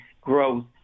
growth